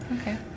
Okay